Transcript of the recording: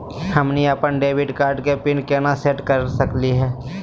हमनी अपन debit card के पीन केना सेट कर सकली हे?